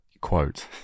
Quote